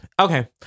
Okay